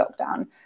lockdown